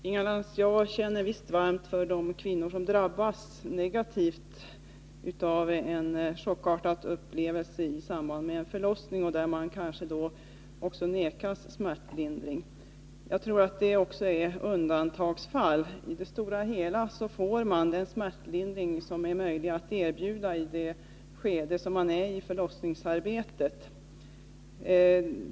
Herr talman! Jag känner visst, Inga Lantz, varmt för de kvinnor som drabbas negativt av en chockartad upplevelse i samband med en förlossning, där de kanske också nekas smärtlindring. Men jag tror att det är undantagsfall. I det stora hela får kvinnor den smärtlindring som är möjlig att erbjuda i olika skeden av förlossningsarbetet.